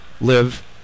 live